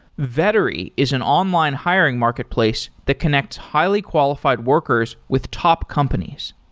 vettery is an online hiring marketplace to connect highly-qualified workers with top companies.